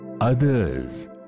others